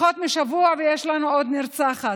פחות משבוע ויש לנו עוד נרצחת.